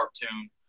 cartoon